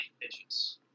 pitches